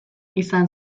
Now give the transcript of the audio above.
izan